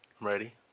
ready